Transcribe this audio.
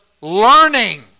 learning